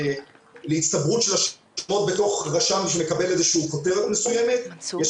להצטברות של --- בתוך רשם שמקבל איזה שהוא כותרת מסוימת יש